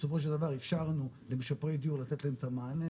בסופו של דבר אפשרנו למשפרי דיור לתת להם את המענה,